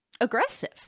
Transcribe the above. aggressive